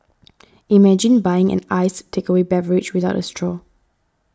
imagine buying an iced takeaway beverage without a straw